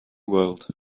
world